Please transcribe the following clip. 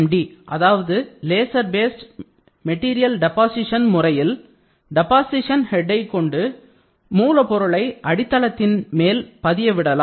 LBMD அதாவது laser based material deposition முறையில் deposition ஹெட்டை கொண்டு மூலப்பொருளை அடித்தளத்தின் மேல் பதிய விடலாம்